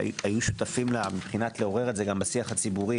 שהיו שותפים לה מבחינת לעורר את זה בשיח הציבורי